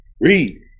Read